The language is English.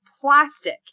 plastic